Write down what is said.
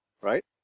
right